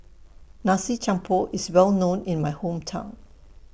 Nasi Campur IS Well known in My Hometown